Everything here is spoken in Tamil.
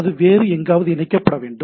அது வேறு எங்காவது இணைக்கப்பட வேண்டும்